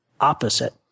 opposite